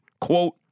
quote